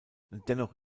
dennoch